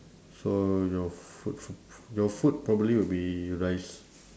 so your food f~ your food probably would be rice